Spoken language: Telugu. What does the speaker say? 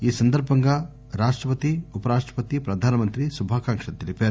ఈ సందర్బంగా రాష్టపతి ఉప రాష్టపతి ప్రధాన మంత్రి శుభాకాంక్షలు తెలిపారు